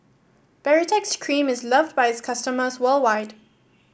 Baritex Cream is loved by its customers worldwide